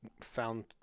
found